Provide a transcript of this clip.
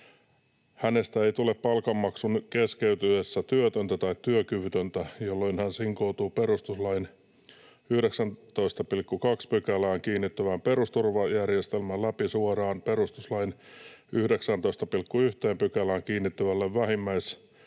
Hänestä ei tule palkanmaksun keskeytyessä työtöntä tai työkyvytöntä, jolloin hän sinkoutuu perustuslain 19.2 §:ään kiinnittyvän perusturvajärjestelmän läpi suoraan perustuslain 19.1 §:ään kiinnittyvälle vähimmäisetuudelle